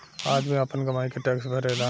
आदमी आपन कमाई के टैक्स भरेला